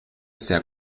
sehr